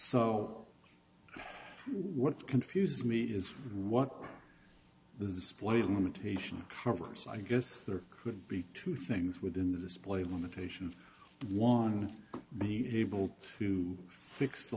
so what confuses me is what the display limitation covers i guess there could be two things within the display limitation one being able to fix the